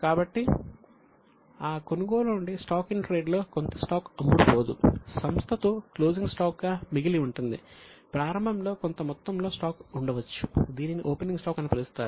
కాబట్టి ఆ కొనుగోలు నుండి స్టాక్ ఇన్ ట్రేడ్ లో కొంత స్టాక్ అమ్ముడు పోదు సంస్థతో క్లోజింగ్ స్టాక్ గా మిగిలి ఉంటుంది ప్రారంభంలో కొంత మొత్తంలో స్టాక్ ఉండవచ్చు దీనిని ఓపెనింగ్ స్టాక్ అని పిలుస్తారు